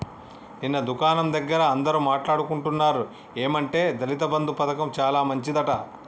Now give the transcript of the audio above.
నిన్న దుకాణం దగ్గర అందరూ మాట్లాడుకుంటున్నారు ఏమంటే దళిత బంధు పథకం చాలా మంచిదట